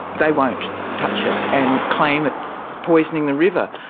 they won't touch it, and claim it's poisoning the river.